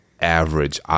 average